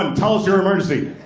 um tell us your emergency.